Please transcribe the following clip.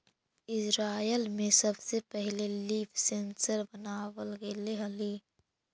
Israel में सबसे पहिले लीफ सेंसर बनाबल गेले हलई